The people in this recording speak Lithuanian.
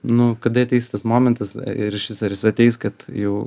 nu kada ateis tas momentas ir išvis ar jis ateis kad jau